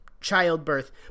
childbirth